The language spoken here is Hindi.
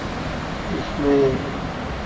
इसमें